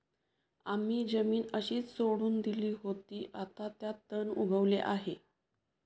आम्ही जमीन अशीच सोडून दिली होती, आता त्यात तण उगवले आहे